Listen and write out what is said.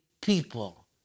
people